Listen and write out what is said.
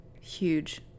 huge